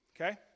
okay